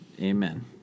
Amen